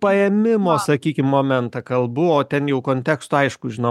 paėmimo sakykim momentą kalbu o ten jau konteksto aišku žinom